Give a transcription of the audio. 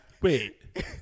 wait